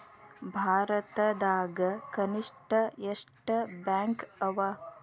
ಭಾರತದಾಗ ಕನಿಷ್ಠ ಎಷ್ಟ್ ಬ್ಯಾಂಕ್ ಅವ?